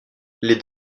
les